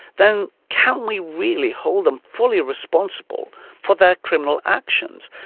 then can we really hold them fully responsible for their criminal actions?